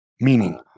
Meaning